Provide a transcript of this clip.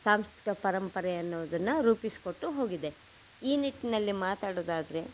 ಸಾಂಸ್ಕೃತಿಕ ಪರಂಪರೆ ಎನ್ನುವುದನ್ನು ರೂಪಿಸಿಕೊಟ್ಟು ಹೋಗಿದೆ ಈ ನಿಟ್ಟಿನಲ್ಲಿ ಮಾತಾಡೋದಾದರೆ